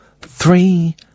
three